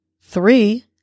three